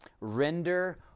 render